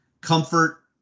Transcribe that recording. comfort